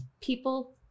people